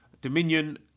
Dominion